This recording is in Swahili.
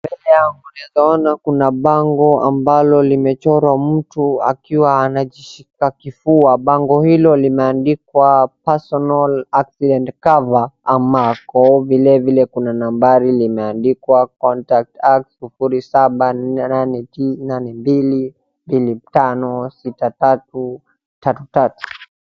Mbele yangu naweza kuna bango ambalo limechorwa mtu akiwa anajishika kifua, bango hilo limeandikwa Personal Accident Cover ambapo vilevile kuna nambari imeandikwa contact us 07482256333